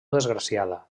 desgraciada